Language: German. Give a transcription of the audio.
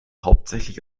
hauptsächlich